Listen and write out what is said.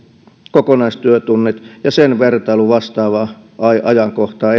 kokonaistyötunnit ja niiden vertailu vastaavaan ajankohtaan